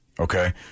Okay